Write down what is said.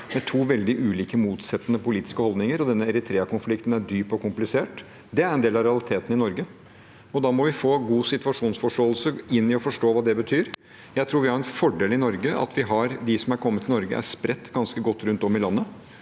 med to veldig ulike, motsettende politiske holdninger. Eritrea-konflikten er dyp og komplisert. Det er en del av realiteten i Norge. Da må vi få god situasjonsforståelse for å forstå hva det betyr. Jeg tror vi har en fordel i Norge av at de som er kommet hit, er spredt ganske godt rundt om i landet.